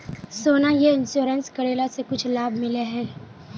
सोना यह इंश्योरेंस करेला से कुछ लाभ मिले है?